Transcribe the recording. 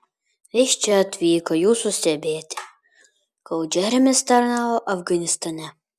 jis čia atvyko jūsų stebėti kol džeremis tarnavo afganistane